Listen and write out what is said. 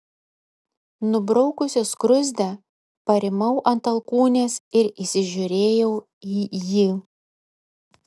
nubraukusi skruzdę parimau ant alkūnės ir įsižiūrėjau į jį